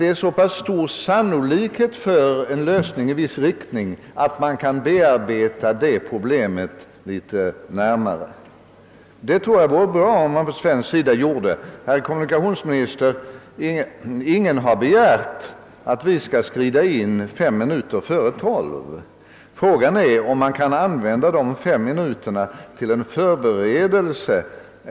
Man kan anse att sannolikheten för en lösning i viss riktning är så stor att man kan bearbeta problemet litet närmare. Jag tror att det vore bra om man från svensk sida gjorde det. Ingen har begärt, herr kommunikationsminister, att vi skall inskrida fem minuter före tolv. Frågan är om man kan använda dessa fem minuter till förberedelser.